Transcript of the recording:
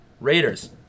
Raiders